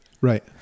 Right